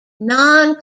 non